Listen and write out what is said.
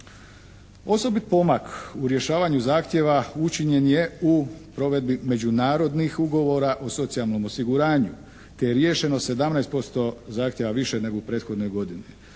Osobit pomak u rješavanju zahtjeva učinjen je u provedbi međunarodnih ugovora o socijalnom osiguranju te je riješeno 17% zahtjeva više nego u prethodnoj godini.